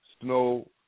snow